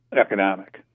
economic